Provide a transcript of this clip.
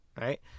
Right